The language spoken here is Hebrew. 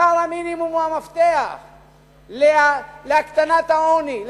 שכר המינימום הוא המפתח להקטנת העוני,